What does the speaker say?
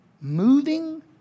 moving